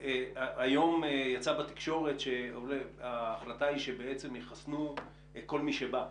היום יצא בתקשורת שהחלטה היא שבעצם יחסנו את כל מי שבא.